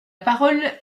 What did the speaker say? parole